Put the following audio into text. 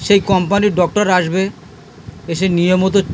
সেই কোম্পানির ডক্টর আসবে এসে নিয়মিত